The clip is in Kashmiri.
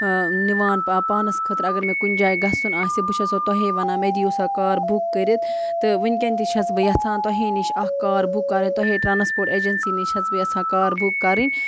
نِوان پانَس خٲطرٕ اگر مےٚ کُنہِ جایہِ گژھُن آسہِ بہٕ چھَسو تۄہے وَنان مےٚ دِیِو سا کار بُک کٔرِتھ تہٕ وٕنۍکٮ۪ن تہِ چھَس بہٕ یَژھان تۄہے نِش اَکھ کار بُک کَرٕنۍ تۄہے ٹرٛانَسپوٹ اٮ۪جَنسی نِش چھَس بہٕ یَژھان کار بُک کَرٕنۍ